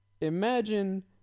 Imagine